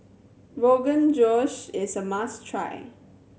Rogan Josh is a must try